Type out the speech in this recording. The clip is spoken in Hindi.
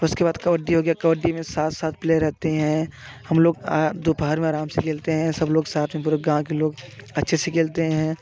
उसके बाद कबड्डी हो गया कबड्डी में सात सात प्लेयर रहते हैं हम लोग दोपहर में आराम से खेलते हैं सब लोग साथ में पूरा गाँव के लोग अच्छे से खेलते हैं